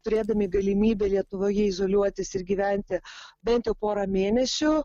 turėdami galimybę lietuvoje izoliuotis ir gyventi bent jau porą mėnesių